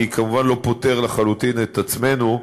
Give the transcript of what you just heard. אני כמובן לא פוטר לחלוטין את עצמנו,